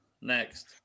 next